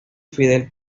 fidel